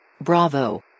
Bravo